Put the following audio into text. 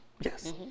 Yes